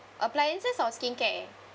appliances or skincare